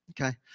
Okay